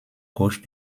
gauche